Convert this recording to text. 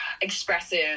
expressive